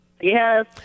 Yes